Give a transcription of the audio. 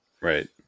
right